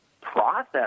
process